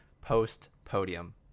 post-podium